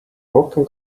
rohkem